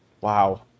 Wow